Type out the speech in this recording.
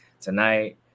tonight